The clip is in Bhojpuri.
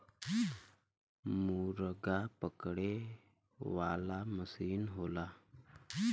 मुरगा पकड़े वाला मसीन होला